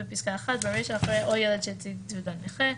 בפסקה 1 אחרי או ילד שהציג תעודת נכה,